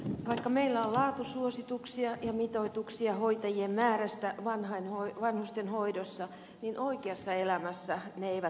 vaikka meillä on laatusuosituksia ja mitoituksia hoitajien määrästä vanhustenhoidossa niin oikeassa elämässä ne eivät toteudu